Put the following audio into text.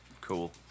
Cool